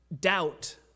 doubt